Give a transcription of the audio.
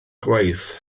gwaith